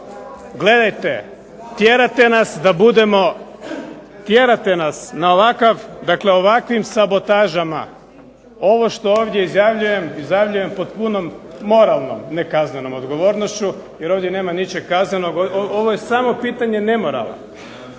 Gledajte, tjerate nas da budemo, tjerate nas na ovakav, dakle ovakvim sabotažama ovo što ovdje izjavljujem izjavljujem pod punom moralnom, ne kaznenom odgovornošću jer ovdje nema ničeg kaznenog ovo je samo pitanje nemorala.